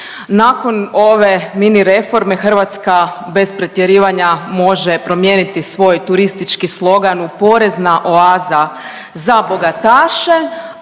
Nakon ove mini reforme Hrvatska, bez pretjerivanja, može promijeniti svoj turistički slogan u porezna oaza za bogataše,